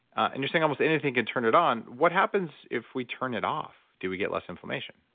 and you're saying almost anything can turn it on, what happens if we turn it off? do we get less inflammation?